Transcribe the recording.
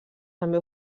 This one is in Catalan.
també